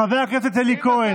חבר הכנסת אלי כהן,